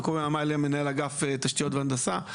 וקובי ממילה אגף תשתיות והנדסה,